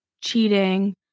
cheating